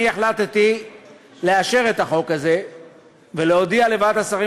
אני החלטתי לאשר את החוק הזה ולהודיע לוועדת השרים